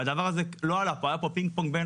והדבר הזה לא הלך והיה פה פינג פונג,